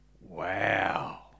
Wow